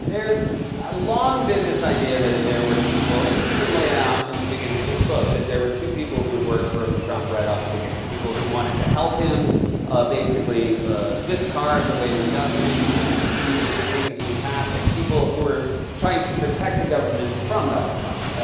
there's ah long been this idea that there were people and you even lay it out in the beginning of this book, that there were two people who would work for trump right off the beginning people who wanted to help him basically discard the way we've done things and and do this take this new path and people who were trying to protect the government from donald trump.